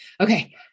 Okay